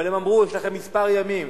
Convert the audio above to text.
אבל הם אמרו: יש לכם ימים אחדים.